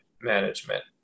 management